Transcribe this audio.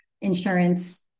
insurance